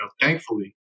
thankfully